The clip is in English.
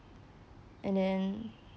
and then